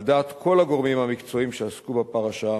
על דעת כל הגורמים המקצועיים שעסקו בפרשה,